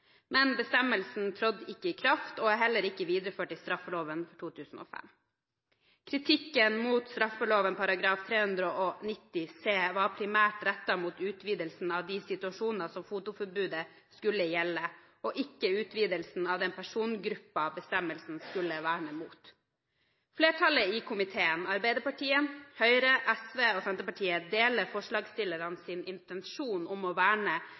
men bestemmelsen trådte ikke i kraft, og er heller ikke videreført i straffeloven 2005. Kritikken mot straffeloven § 390 c var primært rettet mot utvidelsen av de situasjoner som fotoforbudet skulle gjelde, og ikke utvidelsen av den persongruppen bestemmelsen skulle verne. Flertallet i komiteen, Arbeiderpartiet, Høyre, SV og Senterpartiet, deler forslagsstillernes intensjon om å verne